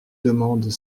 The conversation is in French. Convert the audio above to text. demandent